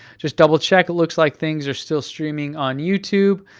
just double check, it looks like things are still streaming on youtube.